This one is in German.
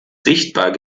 sichtbar